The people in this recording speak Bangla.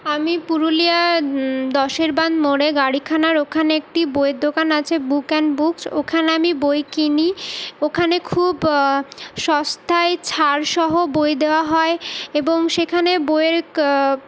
আমি পুরুলিয়ার দশের বাণ মোড়ে গাড়িখানার ওখানে একটি বইয়ের দোকান আছে বুক অ্যান্ড বুকস ওখানে আমি বই কিনি ওখানে খুব সস্তায় ছাড়সহ বই দেওয়া হয় এবং সেখানে বইয়ের